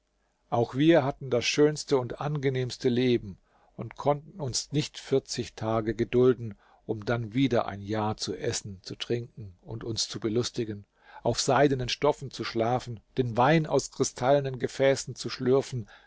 auch wir hatten das schönste und angenehmste leben und konnten uns nicht vierzig tage gedulden um dann wieder ein jahr zu essen zu trinken und uns zu belustigen auf seidenen stoffen zu schlafen den wein aus kristallnen gefäßen zu schlürfen